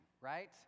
right